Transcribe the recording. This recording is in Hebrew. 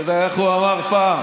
אתה יודע איך הוא אמר פעם?